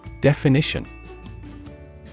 Definition